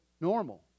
normal